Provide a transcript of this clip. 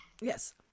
Yes